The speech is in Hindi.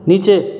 नीचे